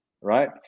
right